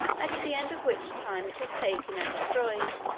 at the end of which time it was taken and destroyed.